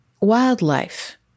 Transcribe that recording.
wildlife